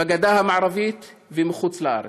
בגדה המערבית ובחוץ-לארץ,